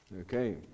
okay